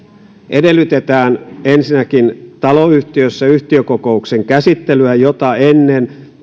ensinnäkin edellytetään taloyhtiössä yhtiökokouksen käsittelyä jota ennen